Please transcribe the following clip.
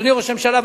אדוני ראש הממשלה,